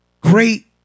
great